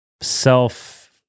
self